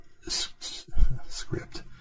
script